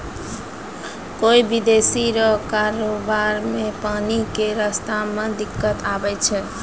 कोय विदेशी रो कारोबार मे पानी के रास्ता मे दिक्कत आवै छै